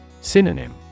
Synonym